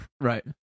Right